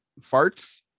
farts